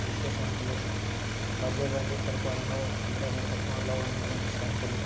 register స్టాంపులు రాజీవ్ గాంధీ పరిపాలనలో ఇందిరాగాంధీ పరిపాలనలో ఉన్నటువంటి స్టాంపులు